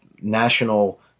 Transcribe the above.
national